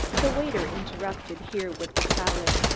the waiter interrupted here with the salad.